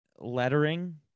lettering